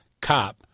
cop